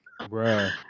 Bruh